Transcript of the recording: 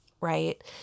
right